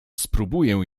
spróbuję